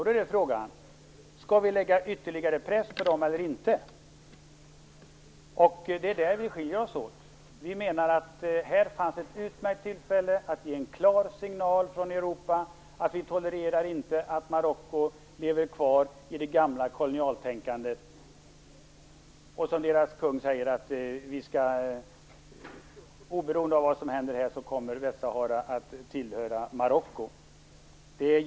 Då är frågan om vi skall lägga ytterligare press på dem eller inte. Det är där vi skiljer oss åt. Vi menar att det fanns ett utmärkt tillfälle här att ge en klar signal från Europa att vi inte tolererar att Marocko lever kvar i det gamla kolonialtänkandet. Deras kung säger ju att oberoende av vad som händer där kommer Västsahara att tillhöra Marocko.